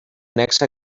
nexe